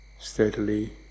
steadily